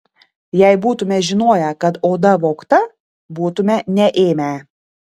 jei būtume žinoję kad oda vogta būtume neėmę